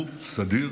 הוא בסדיר,